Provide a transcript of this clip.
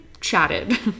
chatted